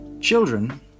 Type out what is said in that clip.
Children